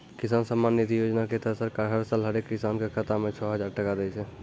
किसान सम्मान निधि योजना के तहत सरकार हर साल हरेक किसान कॅ खाता मॅ छो हजार टका दै छै